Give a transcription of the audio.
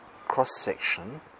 cross-section